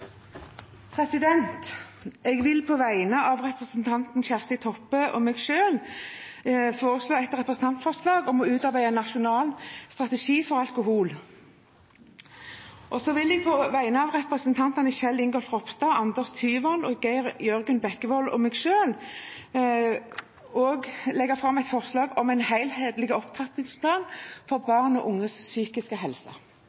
Jeg vil på vegne av representanten Kjersti Toppe og meg selv sette fram et representantforslag om å utarbeide en nasjonal alkoholstrategi. Og så vil jeg på vegne av representantene Kjell Ingolf Ropstad, Anders Tyvand, Geir Jørgen Bekkevold og meg selv legge fram et forslag om en helhetlig opptrappingsplan for